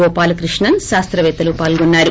గోపాల్ కృష్ణన్ శాస్రవేత్తలు పాల్గొన్నారు